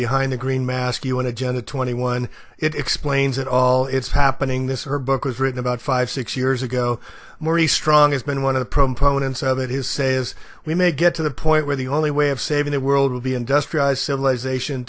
behind the green mask you an agenda twenty one it explains it all it's happening this her book was written about five six years ago maurice strong has been one of the proponents of it his says we may get to the point where the only way of saving the world will be industrialized civilization